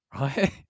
right